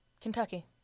Kentucky